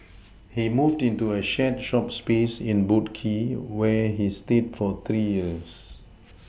he moved into a shared shop space in boat Quay where he stayed for three years